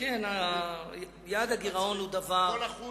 כל 1%